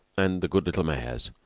and the good little mares,